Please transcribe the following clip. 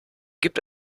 gibt